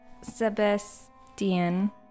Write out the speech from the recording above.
Sebastian